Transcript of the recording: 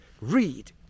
read